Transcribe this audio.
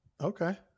Okay